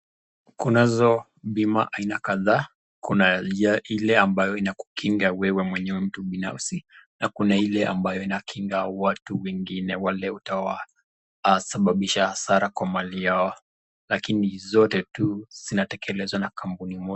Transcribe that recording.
kunazo bima aina kadha, kuna ile ambayo inakukinga wewe mwenyewe mtu binafsi na kuna ile ambayo inakinga watu wengine wale utawasababisha hasara kwa mali yao. Lakini zote tu zinatekelezwa na kampuni moja.